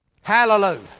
Hallelujah